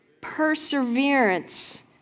Perseverance